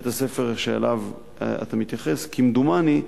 בית-הספר שאליו אתה מתייחס, כמדומני,